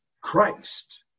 Christ